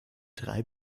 drei